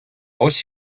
ось